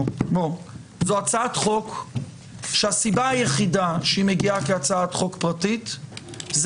זו הצעת חוק שהסיבה היחידה שהיא מגיעה כהצעת חוק פרטית זה